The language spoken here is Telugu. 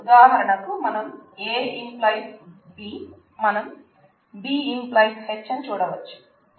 ఉదాహారణకు మనం A→ B మనం B→ H చూడవచ్చు